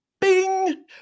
bing